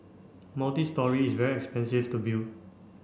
multistory is very expensive to build